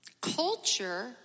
Culture